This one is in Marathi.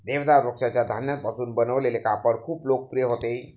देवदार वृक्षाच्या धाग्यांपासून बनवलेले कापड खूप लोकप्रिय होते